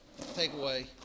takeaway